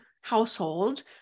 household